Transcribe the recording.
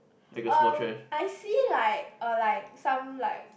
um I see like a like some like